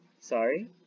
Sorry